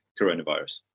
coronavirus